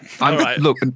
Look